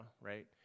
right